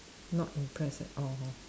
not impressed at all